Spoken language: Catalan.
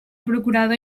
procurador